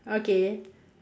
okay